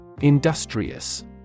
Industrious